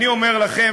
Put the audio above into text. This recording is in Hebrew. אני אומר לכם,